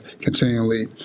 continually